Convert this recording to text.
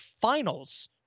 finals